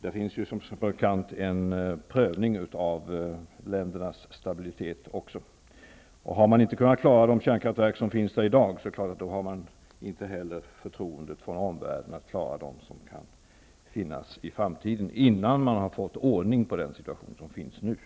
Det görs som bekant en prövning av ländernas stabilitet -- har man inte kunnat klara de kärnkraftverk som finns där i dag, har man naturligtvis inte heller förtroendet från omvärlden att klara dem som kan finnas i framtiden, innan man har fått ordning på den situation som nu råder.